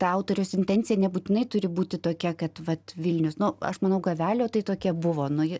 ta autoriaus intencija nebūtinai turi būti tokia kad vat vilnius nu aš manau gavelio tai tokia buvo nu ji